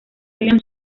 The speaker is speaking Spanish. william